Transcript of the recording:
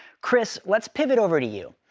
chris, let's pivot over to you.